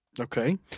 Okay